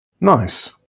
nice